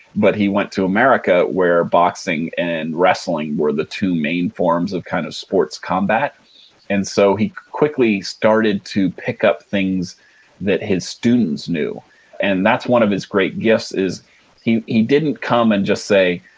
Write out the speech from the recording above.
but, he went to america where boxing and wrestling were the two main forms of kind of sports combat and so, he quickly started to pick up things that his students knew and that's one of his great gifts is he he didn't come and just say,